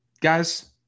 guys